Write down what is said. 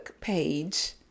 page